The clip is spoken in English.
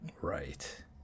Right